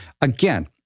Again